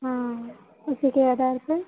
हाँ उसी के आधार पर